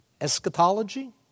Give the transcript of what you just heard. eschatology